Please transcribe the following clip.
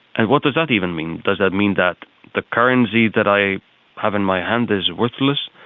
and what does that even mean? does that mean that the currency that i have in my hand is worthless,